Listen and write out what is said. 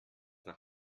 nach